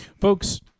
folks